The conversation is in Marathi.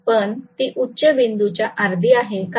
पण ती उच्च बिंदूच्या अर्धी आहे कारण